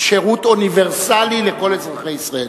שירות אוניברסלי לכל אזרחי ישראל,